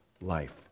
life